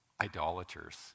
idolaters